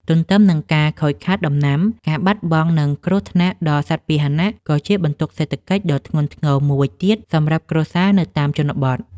ទន្ទឹមនឹងការខូចខាតដំណាំ ការបាត់បង់ និងគ្រោះថ្នាក់ដល់សត្វពាហនៈ ក៏ជាបន្ទុកសេដ្ឋកិច្ចដ៏ធ្ងន់ធ្ងរមួយទៀតសម្រាប់គ្រួសារនៅតាមជនបទ។